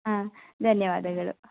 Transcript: ಹಾಂ ಧನ್ಯವಾದಗಳು